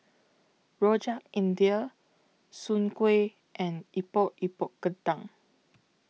Rojak India Soon Kway and Epok Epok Kentang